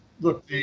look